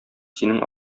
синең